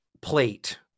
plate